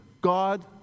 God